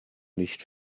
nicht